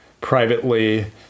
privately